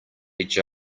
each